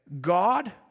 God